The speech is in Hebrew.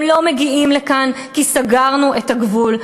הם לא מגיעים לכאן כי סגרנו את הגבול.